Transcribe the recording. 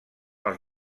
els